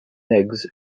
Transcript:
legs